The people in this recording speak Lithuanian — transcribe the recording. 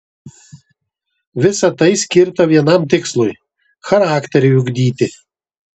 visa tai skirta vienam tikslui charakteriui ugdyti